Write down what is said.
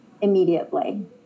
immediately